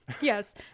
yes